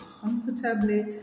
comfortably